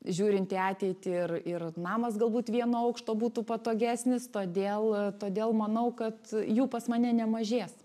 žiūrint į ateitį ir ir namas galbūt vieno aukšto būtų patogesnis todėl todėl manau kad jų pas mane nemažės